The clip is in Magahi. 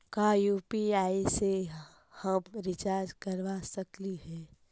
का यु.पी.आई से हम रिचार्ज करवा सकली हे?